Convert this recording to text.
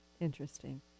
interesting